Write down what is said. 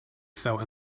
felt